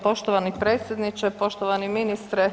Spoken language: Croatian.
Poštovani predsjedniče, poštovani ministre.